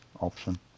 option